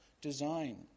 design